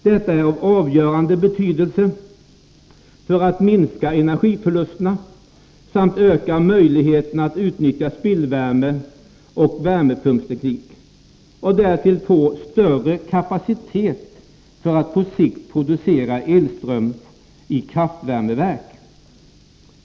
Detta är av avgörande betydelse för att minska energiförlusterna samt öka möjligheterna att utnyttja spillvärme och värmepumpsteknik och att därtill få större kapacitet för att på sikt producera elström i kraftvärmeverk.